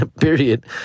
period